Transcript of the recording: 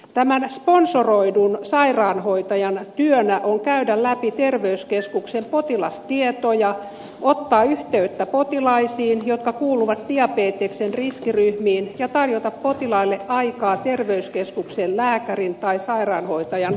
tämän sponsoroidun sairaanhoitajan työnä on käydä läpi terveyskeskuksen potilastietoja ottaa yhteyttä potilaisiin jotka kuuluvat diabeteksen riskiryhmiin ja tarjota potilaille aikoja terveyskeskuksen lääkärin tai sairaanhoitajan vastaanotolle